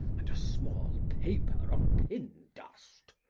and a small paper of pin-dust.